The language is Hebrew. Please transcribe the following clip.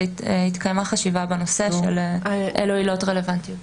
התקיימה חשיבה בנושא של אלו עילות רלוונטיות.